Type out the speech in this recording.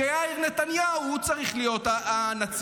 שיאיר נתניהו הוא צריך להיות הנציג.